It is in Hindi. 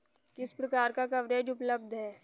किस प्रकार का कवरेज उपलब्ध है?